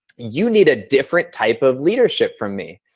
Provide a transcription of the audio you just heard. you need a different type of leadership from me.